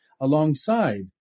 alongside